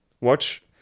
watch